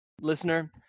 listener